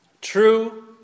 True